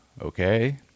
Okay